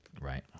Right